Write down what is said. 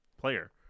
player